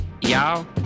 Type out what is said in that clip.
y'all